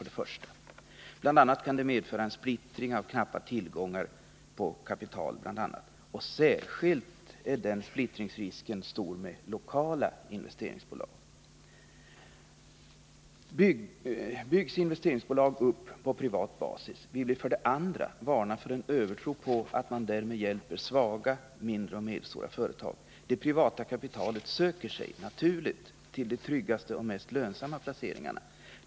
Det kan medföra en splittring av knappa tillgångar, bl.a. på kapital. Särskilt stor är den splittringsrisken med lokala investeringsbolag. Byggs investeringsbolag upp på privat basis vill vi för det andra varna för en övertro på att man därmed hjälper svaga mindre och medelstora företag. Det privata kapitalet söker sig naturligt till de tryggaste och mest lönsamma placeringarna.